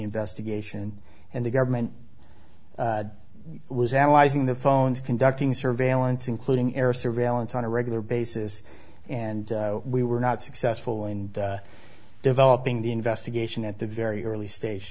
investigation and the government was analyzing the phones conducting surveillance including air surveillance on a regular basis and we were not successful and developing the investigation at the very early stage